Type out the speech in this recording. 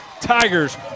Tigers